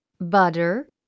butter